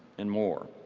and more.